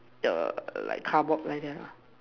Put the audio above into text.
the like cardboard like that lah